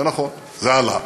זה נכון, זה עלה,